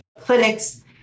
clinics